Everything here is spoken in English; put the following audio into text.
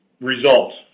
results